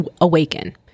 awaken